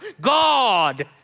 God